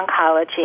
oncology